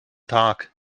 tag